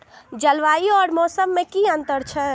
जलवायु और मौसम में कि अंतर छै?